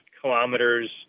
kilometers